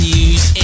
News